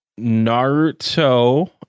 Naruto